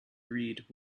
read